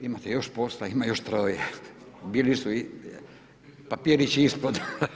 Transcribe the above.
Ali, imate još posla, ima još troje, bili su, papirići ispod.